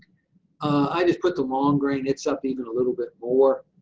i just put the long gain, it's up even a little bit more,